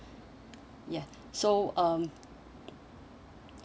ya so um